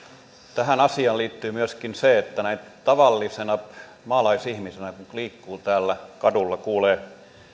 tähän asiaan liittyy myöskin se että näin tavallisena maalaisihmisenä kun liikkuu täällä kadulla kuulee